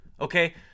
okay